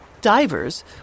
Divers